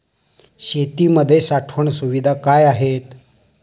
शेतीमध्ये साठवण सुविधा काय आहेत?